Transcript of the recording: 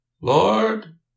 Lord